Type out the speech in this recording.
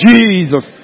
Jesus